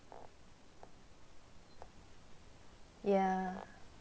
ya